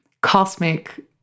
cosmic